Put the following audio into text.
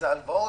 שאלו הלוואות,